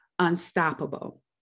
unstoppable